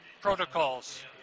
protocols